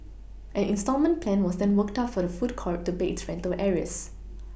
an instalment plan was then worked out for the food court to pay its rental arrears